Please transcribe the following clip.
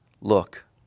look